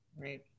Right